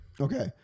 Okay